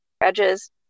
edges